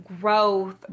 growth